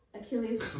Achilles